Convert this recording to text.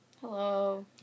Hello